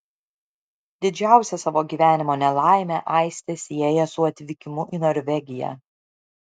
didžiausią savo gyvenimo nelaimę aistė sieja su atvykimu į norvegiją